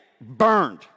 burned